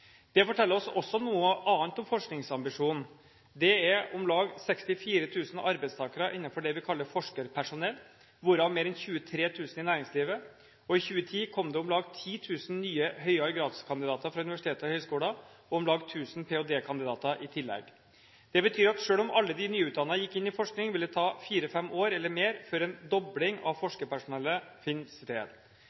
Det forteller oss også noe annet om forskningsambisjonen. Det er om lag 64 000 arbeidstakere innenfor det vi kaller forskerpersonell, hvorav mer enn 23 000 i næringslivet. I 2010 kom det om lag 10 000 nye høyere gradskandidater fra universiteter og høyskoler og om lag 1 000 ph.d.-kandidater i tillegg. Det betyr at selv om alle de nyutdannede gikk inn i forskning, vil det ta fire–fem år eller mer før en dobling av forskerpersonellet finner sted.